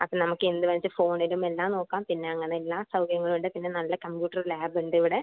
അപ്പം നമ്മൾക്ക് എന്താണെന്ന് വച്ചാൽ ഫോണിലും എല്ലാം നോക്കാം പിന്നെ അങ്ങനെ എല്ലാ സൗകര്യങ്ങളും ഉണ്ട് പിന്നെ നല്ല കമ്പ്യൂട്ടർ ലാബ് ഉണ്ട് ഇവിടെ